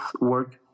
work